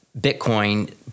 Bitcoin